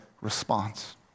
response